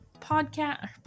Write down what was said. podcast